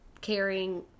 caring